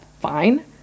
fine